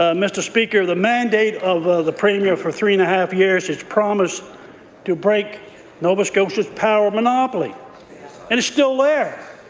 ah mr. speaker, the mandate of ah the premier for three and a half years, his promise to break nova scotia power's monopoly and it's still there.